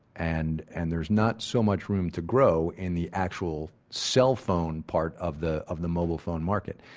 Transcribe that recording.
and and there's not so much room to grow in the actual cell phone part of the of the mobile phone market.